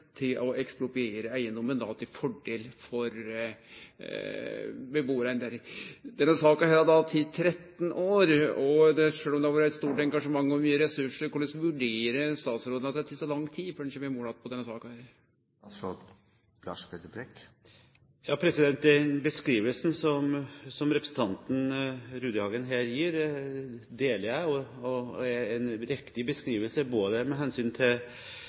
til å ekspropriere eigedomen til fordel for bebuaren. Denne saka har teke 13 år – med eit stort engasjement og bruk av mykje ressursar: Korleis vurderer statsråden det at det har teke så lang tid før ein har kome i mål i denne saka? Den beskrivelsen som representanten Rudihagen her gir, deler jeg. Det er en riktig beskrivelse med hensyn til